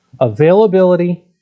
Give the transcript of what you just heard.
availability